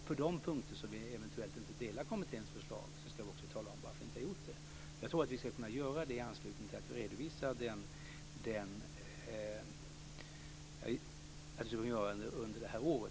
På de punkter där vi eventuellt inte delar kommitténs förslag ska vi tala om varför vi inte har gjort det. Jag tror att vi ska kunna göra det under det här året.